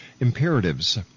Imperatives